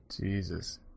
Jesus